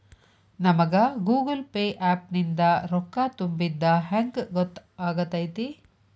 ನಮಗ Google Pay app ನಿಂದ ರೊಕ್ಕಾ ತುಂಬಿದ್ದ ಹೆಂಗ್ ಗೊತ್ತ್ ಆಗತೈತಿ?